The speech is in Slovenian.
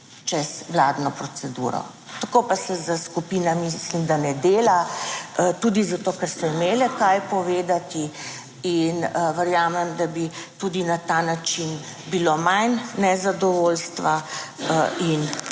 čez vladno proceduro. Tako pa se s skupinami, mislim, da ne dela tudi zato, ker so imele kaj povedati in verjamem, da bi tudi na ta način bilo manj nezadovoljstva in